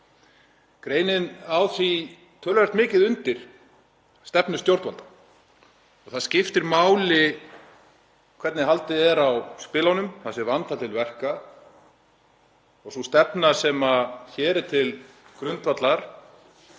Greinin á því töluvert mikið undir stefnu stjórnvalda og það skiptir máli hvernig haldið er á spilunum, það sé vandað til verka. Sú stefna sem hér er til grundvallar